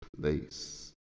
place